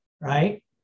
right